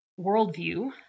worldview